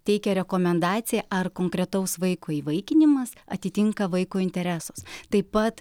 teikia rekomendaciją ar konkretaus vaiko įvaikinimas atitinka vaiko interesus taip pat